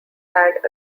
had